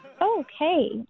Okay